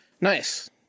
Nice